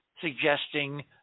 suggesting